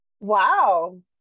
wow